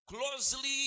closely